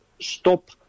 stop